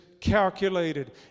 calculated